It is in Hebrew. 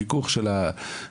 החיכוך של האדם,